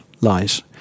lies